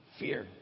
fear